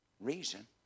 reason